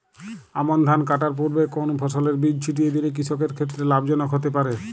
আমন ধান কাটার পূর্বে কোন ফসলের বীজ ছিটিয়ে দিলে কৃষকের ক্ষেত্রে লাভজনক হতে পারে?